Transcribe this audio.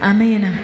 Amen